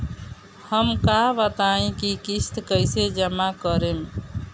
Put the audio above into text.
हम का बताई की किस्त कईसे जमा करेम?